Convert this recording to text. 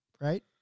Right